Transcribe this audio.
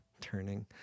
turning